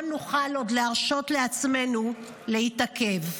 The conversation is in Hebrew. שבה לא נוכל להרשות לעצמנו להתעכב.